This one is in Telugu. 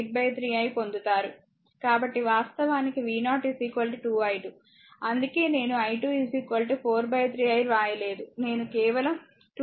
కాబట్టి వాస్తవానికి v0 2 i2 అందుకే నేను i2 4 3i వ్రాయలేదు నేను కేవలం 2 i2 83i రాసాను ఇది సమీకరణం 10